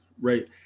right